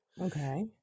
okay